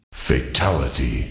Fatality